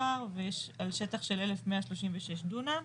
על שטח של אלף מאה שלושים ושישה דונם.